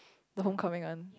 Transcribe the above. the Homecoming one